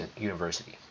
University